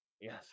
Yes